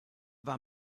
war